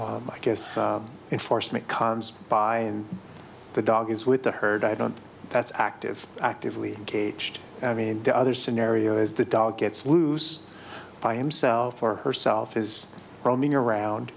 i guess enforcement calms by and the dog is with the herd i don't that's active actively engaged in the other scenario is the dog gets loose by himself or herself is roaming around